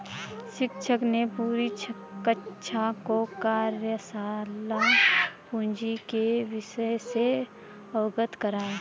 शिक्षक ने पूरी कक्षा को कार्यशाला पूंजी के विषय से अवगत कराया